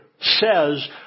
says